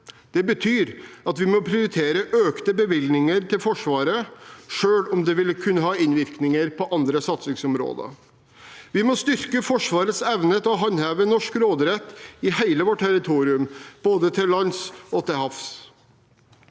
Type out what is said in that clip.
Det betyr at vi må prioritere økte bevilgninger til Forsvaret, selv om det vil kunne ha innvirkninger på andre satsingsområder. Vi må styrke Forsvarets evne til å håndheve norsk råderett i hele vårt territorium, både til lands og til havs.